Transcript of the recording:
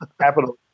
Capital